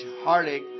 heartache